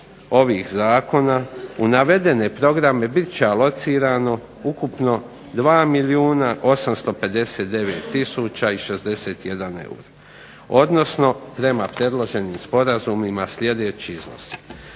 ovih Zakona u navedene programe biti će alocirano ukupno 2 milijuna 859 tisuća i 61 eur, odnosno prema predloženim sporazumima sljedeći iznos: